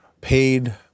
paid